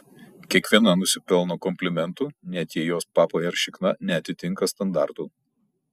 kiekviena nusipelno komplimentų net jei jos papai ar šikna neatitinka standartų